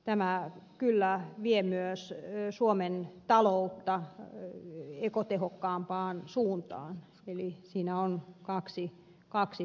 tämä kyllä vie myös suomen taloutta ekotehokkaampaan suuntaan eli tässä miekassa on kaksi terää